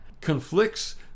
conflicts